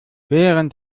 während